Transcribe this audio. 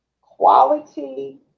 quality